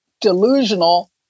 delusional